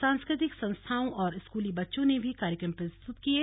सांस्कृतिक संस्थाओं और स्कूली बच्चों ने भी कार्यक्रम प्रस्तुत किये